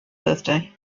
birthday